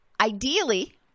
Ideally